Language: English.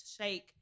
shake